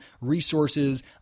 resources